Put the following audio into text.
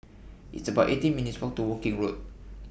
It's about eighteen minutes' Walk to Woking Road